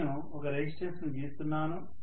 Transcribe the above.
నేను ఒక రెసిస్టెన్స్ ను గీస్తున్నాను